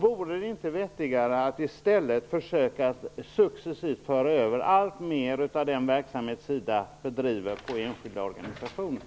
Vore det inte vettigare att i stället försöka att successivt föra över alltmer av den verksamhet som SIDA bedriver på enskilda organisationer?